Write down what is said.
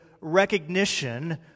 recognition